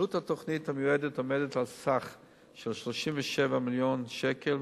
עלות התוכנית המיועדת עומדת על סך של 37 מיליון שקל,